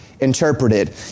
interpreted